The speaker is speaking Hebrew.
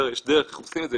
יש דרך איך עושים את זה,